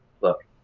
look